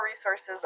resources